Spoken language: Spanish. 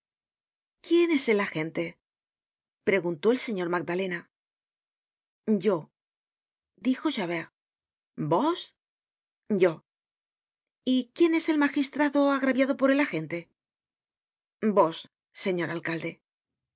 quién es el agente preguntó el señor magdalena yo dijo javert vos yo y quién es el magistrado agraviado por el agente vos señor alcalde